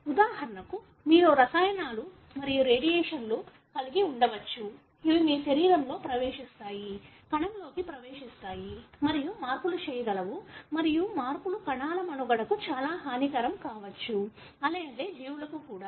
ఉదాహరణకు మీలో రసాయనాలు మరియు రేడియేషన్లను కలిగి ఉండవచ్చు ఇవి మీ శరీరంలోకి ప్రవేశిస్తాయి కణంలోకి ప్రవేశిస్తాయి మరియు మార్పులు చేయగలవు మరియు మార్పులు కణాల మనుగడకు చాలా హానికరం కావచ్చు అలాగే జీవులకు కూడా